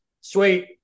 sweet